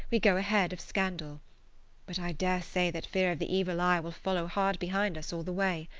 we go ahead of scandal but i daresay that fear of the evil eye will follow hard behind us all the way.